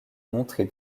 montrer